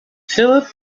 philip